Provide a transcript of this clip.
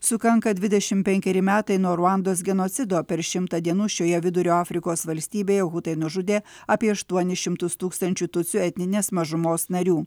sukanka dvidešim penkeri metai nuo ruandos genocido per šimtą dienų šioje vidurio afrikos valstybėje hutai nužudė apie aštuonis šimtus tūkstančių tutsių etninės mažumos narių